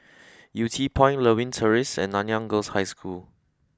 Yew Tee Point Lewin Terrace and Nanyang Girls' High School